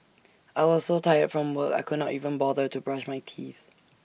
I was so tired from work I could not even bother to brush my teeth